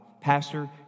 pastor